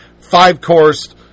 five-course